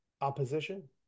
opposition